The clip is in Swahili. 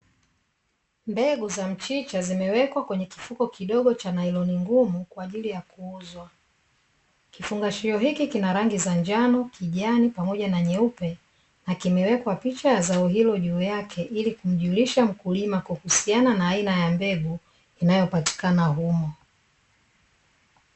Mbegu za mchicha zimewekwa kwenye kifuko kidogo kwa nailoni ngumu, kwa ajili ya kuuzwa. Kifungashio hiki kina rangi za njano. kijani pamoja na nyeupe, na kimewekwa picha za zao hilo juu yake, ili kumjulisha mkulima kuhusiana na aina ya mbegu, inayopatikana humo.